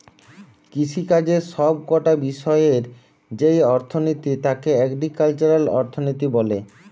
কৃষিকাজের সব কটা বিষয়ের যেই অর্থনীতি তাকে এগ্রিকালচারাল অর্থনীতি বলে